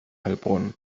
heilbronn